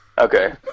Okay